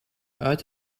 uit